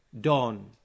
dawn